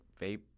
vape